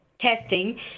testing